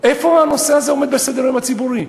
איפה הנושא הזה עומד בסדר-היום הציבורי?